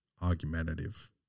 argumentative